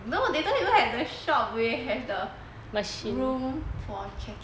no they don't even have the shop which have the machine room for checking [one]